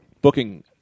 booking